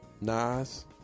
Nas